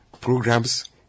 programs